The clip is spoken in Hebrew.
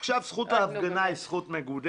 עכשיו, זכות ההפגנה היא זכות מקודשת,